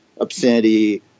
obscenity